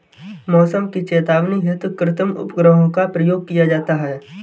मौसम की चेतावनी हेतु कृत्रिम उपग्रहों का प्रयोग किया जाता है